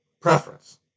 preference